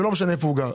ולא משנה איפה הוא גר.